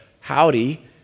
howdy